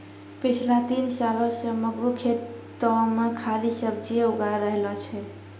पिछला तीन सालों सॅ मंगरू खेतो मॅ खाली सब्जीए उगाय रहलो छै